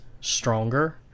stronger